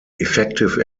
effective